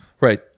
Right